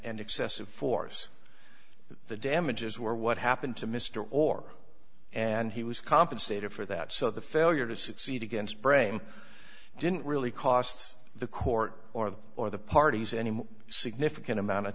and excessive force the damages were what happened to mr or and he was compensated for that so the failure to succeed against brame didn't really costs the court or the or the parties any significant amount of